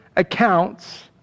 accounts